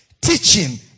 teaching